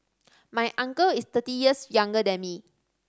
my uncle is thirty years younger than me